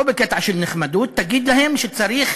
לא בקטע של נחמדות, תגיד להם שצריך